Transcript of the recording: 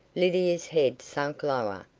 lydia's head sank lower,